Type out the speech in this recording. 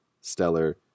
Stellar